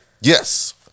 yes